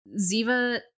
Ziva